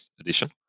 edition